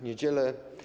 Niedziele.